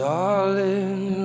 Darling